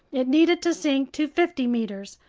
it needed to sink to fifty meters,